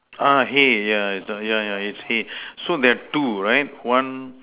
uh hay yeah yeah yeah it's hay so there's two right one